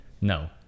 no